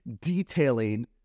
detailing